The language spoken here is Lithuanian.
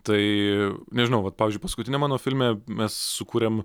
tai nežinau vat pavyzdžiui paskutiniam mano filme mes sukūrėm